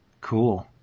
Cool